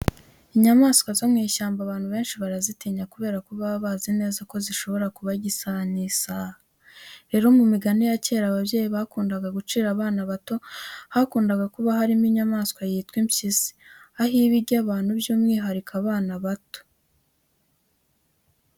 Inyamaswa zo mu gasozi abantu benshi barazitinya kubera ko baba bazi neza ko zishobora kubarya isaha n'isaha. Rero mu migani ya kera ababyeyi bakundaga gucira abana bato hakundaga kuba harimo inyamaswa yitwa impyisi, aho iba irya abantu by'umwihariko abana bato.